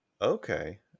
Okay